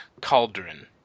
Cauldron